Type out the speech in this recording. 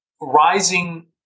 rising